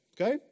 okay